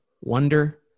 wonder